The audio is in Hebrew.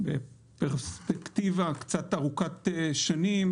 בפרספקטיבה קצת ארוכת שנים,